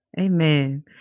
Amen